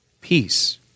Peace